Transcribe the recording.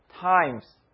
Times